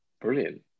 brilliant